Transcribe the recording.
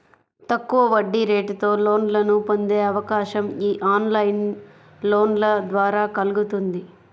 తక్కువ వడ్డీరేటుతో లోన్లను పొందే అవకాశం యీ ఆన్లైన్ లోన్ల ద్వారా కల్గుతుంది